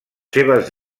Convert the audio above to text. seves